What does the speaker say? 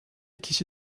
kişi